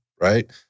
right